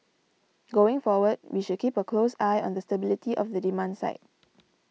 going forward we should keep a close eye on the stability of the demand side